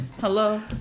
Hello